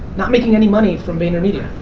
not making any money from vaynermedia.